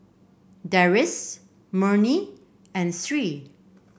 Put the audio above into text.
Deris Murni and Sri